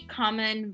common